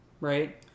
right